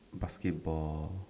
basketball